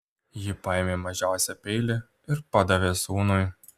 ji paėmė mažiausią peilį ir padavė sūnui